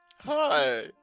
Hi